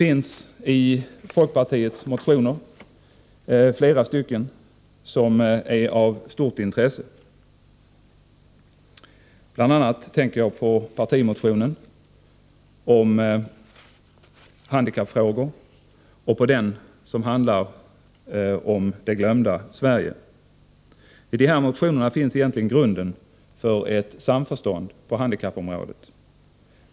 Flera av folkpartiets motioner är av stort intresse. Jag tänker bl.a. på partimotionen om handikappfrågor och på den motion som handlar om det glömda Sverige. I dessa motioner finns egentligen grunden för samförstånd på handikappområdet.